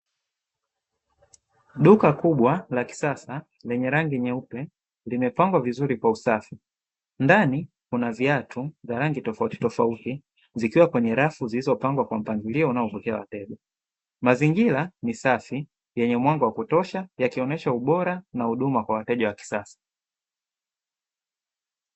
Duka kubwa la kisasa lenye rangi nyeupe limepangwa vizuri kwa usafi ndani kuna viatu za rangi tofauti tofauti zikiwa kwenye rafu zilizopangwa kwa mpangilio unaopokea wateja mazingira ni safi yenye mwanga wa kutosha yakionesha ubora na huduma kwa wateja wa kisasa.